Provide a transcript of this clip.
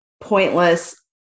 pointless